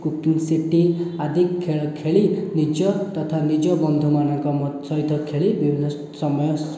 cooking ସିଟି ଆଦି ଖେଳ ଖେଳି ନିଜ ତଥା ନିଜ ବନ୍ଧୁମାନଙ୍କ ସହିତ ଖେଳି ବିଭିନ୍ନ ସମୟ